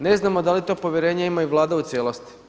Ne znam da li to povjerenje ima i Vlada u cijelosti.